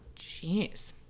jeez